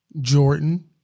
Jordan